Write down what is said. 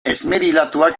esmerilatuak